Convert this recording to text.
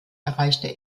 erreichte